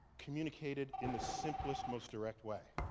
communicated in the simplest, most direct way.